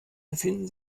befinden